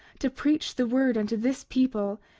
to preach the word unto this people,